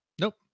Nope